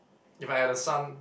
if I had a son